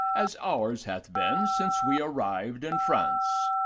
as ours hath been since we arrived in france.